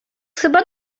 chyba